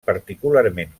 particularment